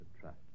trust